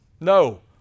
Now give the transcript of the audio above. No